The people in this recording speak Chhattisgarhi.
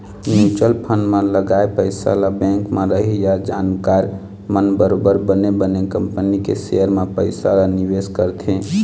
म्युचुअल फंड म लगाए पइसा ल बेंक म रहइया जानकार मन बरोबर बने बने कंपनी के सेयर म पइसा ल निवेश करथे